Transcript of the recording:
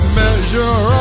measure